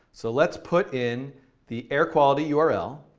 so let's put in the air quality yeah url,